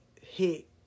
hit